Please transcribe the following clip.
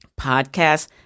Podcast